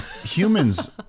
Humans